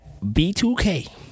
B2K